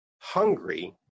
hungry